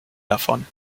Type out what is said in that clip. davon